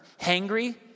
Hangry